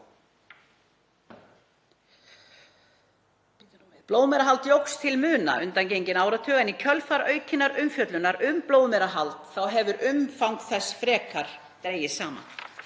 Blóðmerahald jókst til muna undangenginn áratug en í kjölfar aukinnar umfjöllunar um blóðmerahald hefur umfang þess frekar dregist saman.